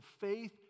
faith